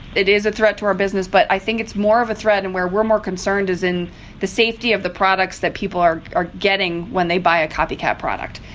it is a threat to our business, but i think it's more of a threat, and where we're more concerned, is in the safety of the products that people are getting when they buy a copycat product,